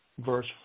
verse